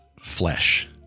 flesh